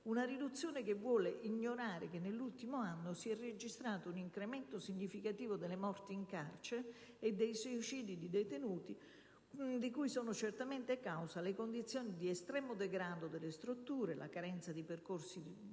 Una riduzione che vuole ignorare che nell'ultimo anno si è registrato un incremento significativo delle morti in carcere e dei suicidi di detenuti, di cui sono certamente causa le condizioni di estremo degrado delle strutture e la carenza di percorsi